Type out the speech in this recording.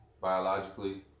Biologically